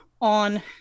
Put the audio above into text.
on